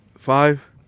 Five